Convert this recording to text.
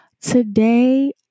today